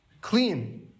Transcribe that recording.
clean